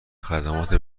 خدمات